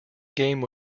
game